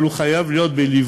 אבל הוא חייב להיות בליווי,